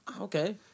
Okay